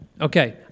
Okay